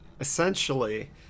essentially